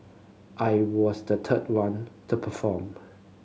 I was the third one to perform